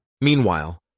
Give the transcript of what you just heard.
Meanwhile